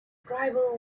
tribal